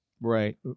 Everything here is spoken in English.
Right